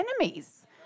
enemies